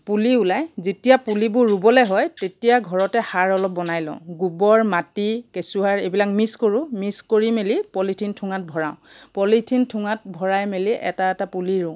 পুলি ওলায় যেতিয়া পুলিবোৰ ৰুবলৈ হয় তেতিয়া ঘৰতে সাৰ অলপ বনাই লওঁ গোবৰ মাটি কেঁচুসাৰ এইবিলাক মিক্স কৰোঁ মিক্স কৰি মেলি পলিথিন ঠোঙাত ভৰাওঁ পলিথিন ঠোঙাত ভৰাই মেলি এটা এটা পোলি ৰুও